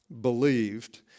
believed